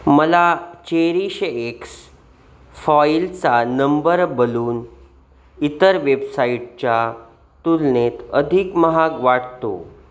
मला चेरीशएक्स फॉईलचा number balloon इतर वेबसाईटच्या तुलनेत अधिक महाग वाटतो